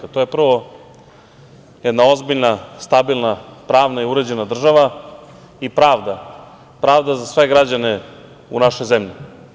Prvo, to je jedna ozbiljna, stabilna, pravna i uređena država i pravda za sve građane u našoj zemlji.